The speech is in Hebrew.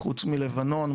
חוץ מלבנון,